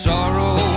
Sorrow